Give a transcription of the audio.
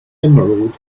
emerald